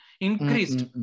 increased